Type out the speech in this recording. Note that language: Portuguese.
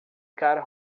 cara